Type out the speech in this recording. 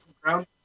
ground